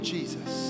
Jesus